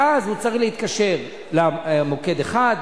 ואז הוא צריך להתקשר למוקד אחד,